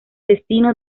destino